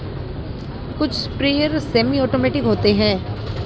कुछ sprayer semi automatic होते हैं